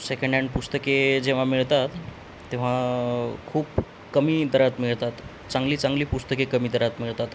second hand पुस्तके जेव्हा मिळतात तेव्हा खूप कमी दरात मिळतात चांगली चांगली पुस्तके कमी दरात मिळतात